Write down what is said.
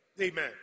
Amen